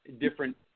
different